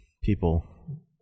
people